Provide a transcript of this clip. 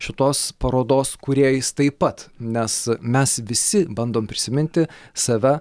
šitos parodos kūrėjais taip pat nes mes visi bandom prisiminti save